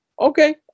okay